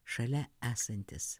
šalia esantys